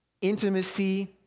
intimacy